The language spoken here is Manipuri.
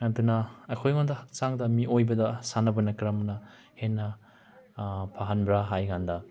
ꯑꯗꯨꯅ ꯑꯩꯈꯣꯏꯉꯣꯟꯗ ꯍꯛꯆꯥꯡꯗ ꯃꯤꯑꯣꯏꯕꯗ ꯁꯥꯟꯅꯕꯅ ꯀꯔꯝꯅ ꯍꯦꯟꯅ ꯐꯍꯟꯕ꯭ꯔꯥ ꯍꯥꯏ ꯀꯥꯟꯗ